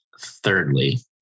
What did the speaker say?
thirdly